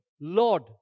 Lord